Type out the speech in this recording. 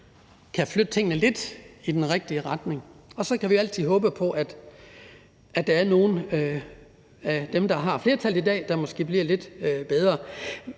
kan flytte tingene lidt i den rigtige retning, og så kan vi jo altid håbe på, at der er nogle af dem, der har flertallet i dag, der måske bliver lidt bedre.